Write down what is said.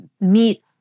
meet